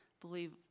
believe